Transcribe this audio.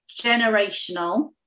generational